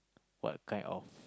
what kind of